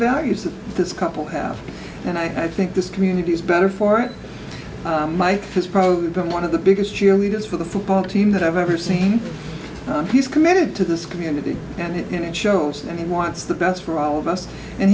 values that this couple have and i think this community is better for it mike has probably been one of the biggest cheerleaders for the football team that i've ever seen he's committed to this community and it shows that he wants the best for all of us and